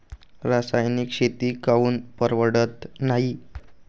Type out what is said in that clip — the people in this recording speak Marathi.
रासायनिक शेती काऊन परवडत नाई?